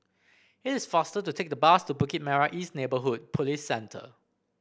it is faster to take the bus to Bukit Merah East Neighbourhood Police Centre